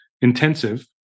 intensive